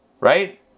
right